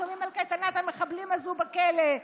שומעים על קייטנת המחבלים הזאת בכלא.